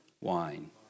wine